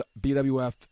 BWF